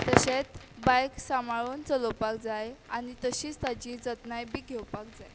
तशेंत बायक सांबाळून चलोवपाक जाय आनी तशीच ताजी जतनाय बी घेवपाक जाय